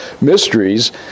mysteries